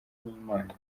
n’imana